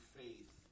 faith